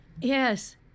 Yes